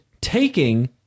taking